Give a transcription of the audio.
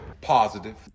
Positive